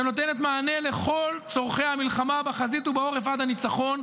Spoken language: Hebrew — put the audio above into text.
שנותנת מענה לכל צורכי המלחמה בחזית ובעורף עד הניצחון.